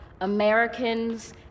Americans